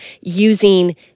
using